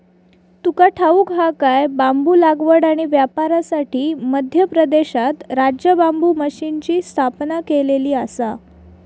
तुका ठाऊक हा काय?, बांबू लागवड आणि व्यापारासाठी मध्य प्रदेशात राज्य बांबू मिशनची स्थापना केलेली आसा